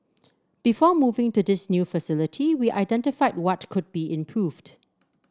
before moving to this new facility we identified what could be improved